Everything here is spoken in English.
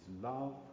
love